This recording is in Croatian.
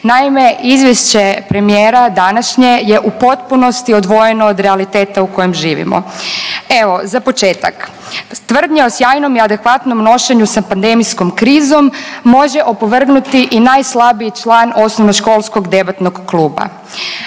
Naime, izvješće premijera današnje je u potpunosti odvojeno od realiteta u kojem živimo. Evo za početak. Tvrdnja o sjajnom i adekvatnom nošenju sa pandemijskom krizom može opovrgnuti i najslabiji član osnovno školskog debatnog kluba.